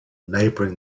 neighbouring